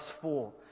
four